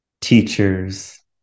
teachers